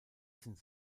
sind